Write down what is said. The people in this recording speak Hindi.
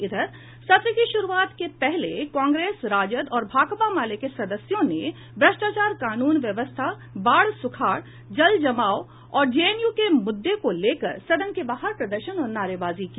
इधर सत्र की शुरूआत के पहले कांग्रेस राजद और भाकपा माले के सदस्यों ने भ्रष्टाचार कानून व्यवस्था बाढ़ सुखाड़ जल जमाव और जेएनयू के मुद्दे को लेकर सदन के बाहर प्रदर्शन और नारेबाजी की